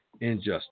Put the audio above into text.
Injustice